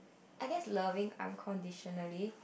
I guess loving unconditionally